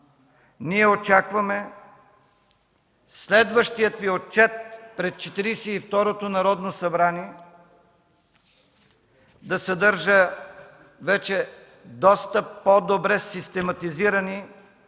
ние очакваме следващият Ви отчет пред Четиридесет и второто Народно събрание да съдържа вече доста по-добре систематизирани